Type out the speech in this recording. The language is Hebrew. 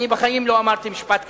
אני בחיים לא אמרתי משפט כזה,